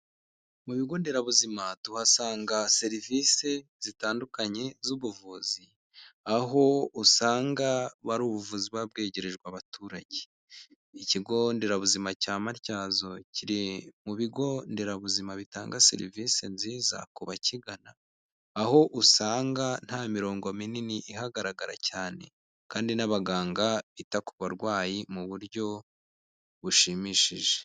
Mu bigo nderabuzima tuhasanga serivisi zitandukanye z'ubuvuzi, aho usanga ari ubuvuzi buba bwegerejwe abaturage, ikigo nderabuzima cya Matyazo, kiri mu bigo nderabuzima bitanga serivisi nziza ku bakigana, aho usanga nta mirongo minini ihagaragara cyane kandi n'abaganga bita ku barwayi mu buryo bushimishije.